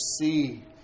see